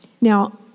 Now